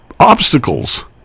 obstacles